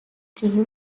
drew